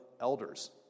elders